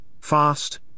fast